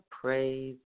praise